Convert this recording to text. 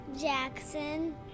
Jackson